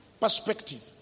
perspective